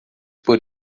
por